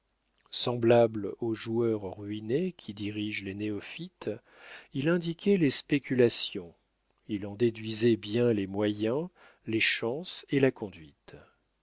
semblable au joueur ruiné qui dirige les néophytes il indiquait les spéculations il en déduisait bien les moyens les chances et la conduite